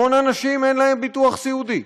המון אנשים, אין להם ביטוח סיעודי,